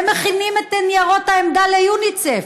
הם מכינים את ניירות העמדה ליוניסף,